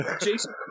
jason